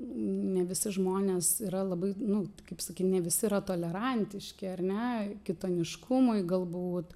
ne visi žmonės yra labai nu kaip sakyt ne visi yra tolerantiški ar ne kitoniškumui galbūt